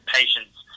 patience